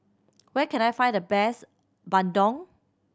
where can I find the best bandung